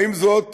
האם זאת